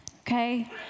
okay